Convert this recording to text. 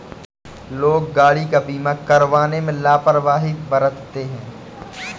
लोग गाड़ी का बीमा करवाने में लापरवाही बरतते हैं